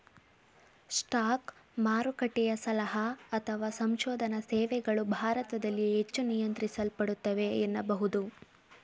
stock ಮಾರುಕಟ್ಟೆಯ ಸಲಹಾ ಮತ್ತು ಸಂಶೋಧನಾ ಸೇವೆಗಳು ಭಾರತದಲ್ಲಿ ಹೆಚ್ಚು ನಿಯಂತ್ರಿಸಲ್ಪಡುತ್ತವೆ ಎನ್ನಬಹುದು